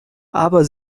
aber